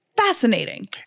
fascinating